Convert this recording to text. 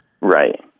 Right